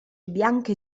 bianche